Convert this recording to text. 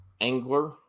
angler